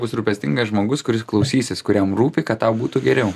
bus rūpestingas žmogus kuris klausysis kuriam rūpi kad tau būtų geriau